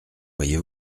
voyez